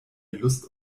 lust